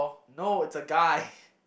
no it's a guy